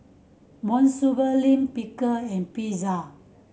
Monsunabe Lime Pickle and Pizza